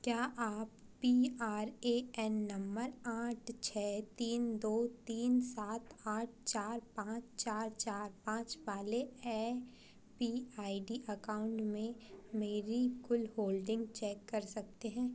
क्या आप P R A N number आठ छः तीन दो तीन सात आठ चार पाँच चार चार पाँच वाले A P I D account में मेरी कुल होल्डिंग चेक कर सकते हैं